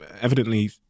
evidently